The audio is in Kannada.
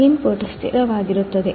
ಇನ್ಪುಟ್ ಸ್ಥಿರವಾಗಿರುತ್ತದೆ